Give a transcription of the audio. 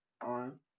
on